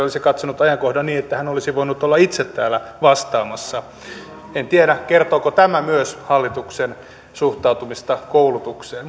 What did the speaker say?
olisi katsonut ajankohdan niin että hän olisi voinut olla itse täällä vastaamassa en tiedä kertooko tämä myös hallituksen suhtautumisesta koulutukseen